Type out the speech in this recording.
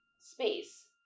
space